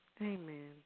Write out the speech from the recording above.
Amen